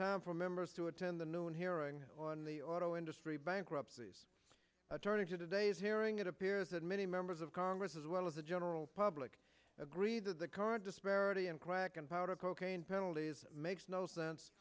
time for members to attend the noon hearing on the auto industry bankruptcy attorney today's hearing it appears that many members of congress as well as the general public agree that the current disparity in crack and powder cocaine penalties makes no sense